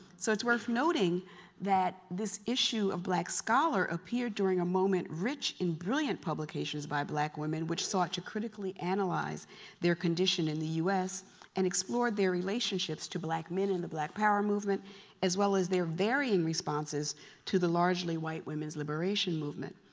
so it's worth noting that this issue of black scholar, appeared during a moment rich in brilliant publications by black women which sought to critically analyze their condition in the us and explored their relationships to black men and the black power movement as well as their varying responses to the largely white women's liberation movement.